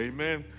Amen